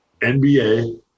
NBA